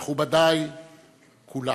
מכובדי כולם.